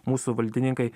mūsų valdininkai